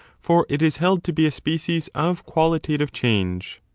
for it is held to be a species of qualitative change.